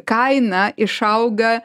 kaina išauga